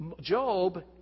Job